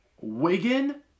Wigan